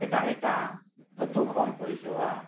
ᱮᱴᱟᱜᱼᱮᱴᱟᱜ ᱟᱹᱛᱩ ᱠᱷᱚᱱᱠᱚ ᱦᱤᱡᱩᱜᱼᱟ